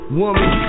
woman